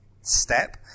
step